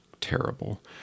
terrible